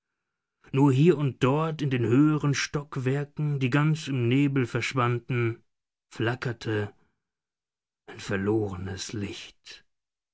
nur hier und dort in den höheren stockwerken die ganz im nebel verschwanden flackerte ein verlorenes licht